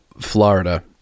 Florida